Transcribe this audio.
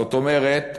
זאת אומרת,